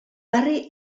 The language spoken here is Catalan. barri